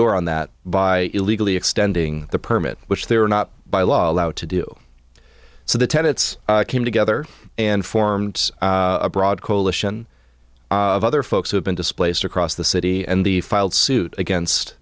door on that by illegally extending the permit which they are not by law allowed to do so the tenets came together and formed a broad coalition of other folks who've been displaced across the city and the filed suit against